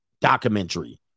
Documentary